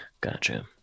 Gotcha